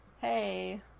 Hey